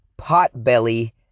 Potbelly